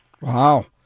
Wow